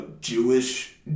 Jewish